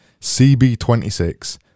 cb26